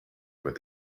with